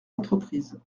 entreprises